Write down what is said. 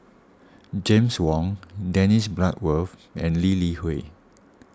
James Wong Dennis Bloodworth and Lee Li Hui